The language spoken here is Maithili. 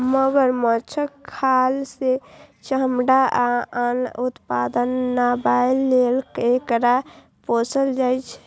मगरमच्छक खाल सं चमड़ा आ आन उत्पाद बनाबै लेल एकरा पोसल जाइ छै